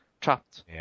trapped